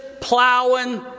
plowing